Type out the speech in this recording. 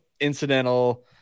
incidental